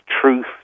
truth